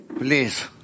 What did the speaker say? Please